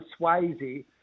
Swayze